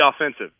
offensive